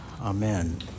Amen